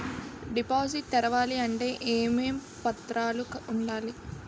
Deposit తెరవాలి అంటే ఏమేం పత్రాలు ఉండాలి?